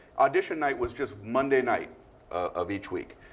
audition night was just monday night of each week.